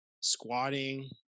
squatting